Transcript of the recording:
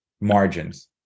margins